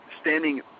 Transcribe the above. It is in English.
standing